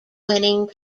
winning